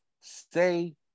Stay